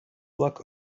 luck